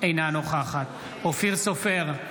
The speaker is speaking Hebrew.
אינה נוכחת אופיר סופר,